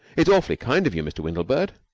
it's awfully kind of you, mr. windlebird.